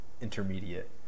intermediate